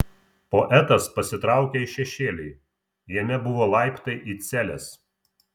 poetas pasitraukė į šešėlį jame buvo laiptai į celes